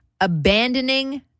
Abandoning